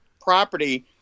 property